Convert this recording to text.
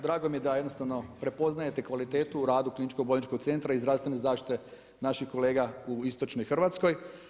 Drago mi je da jednostavno prepoznajete kvalitetu u radu kliničkog bolničkog centra i zdravstvene zaštite naših kolega u istočnoj Hrvatskoj.